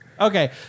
Okay